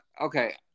Okay